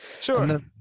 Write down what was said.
Sure